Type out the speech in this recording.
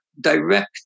direct